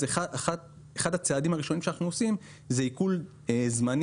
אחד הצעדים הראשונים שאנחנו עושים הוא עיקול זמני,